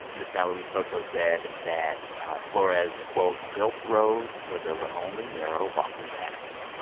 this guy luis soto said that flores, quote, built roads where there were only narrow walking paths.